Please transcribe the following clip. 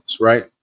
right